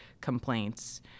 complaints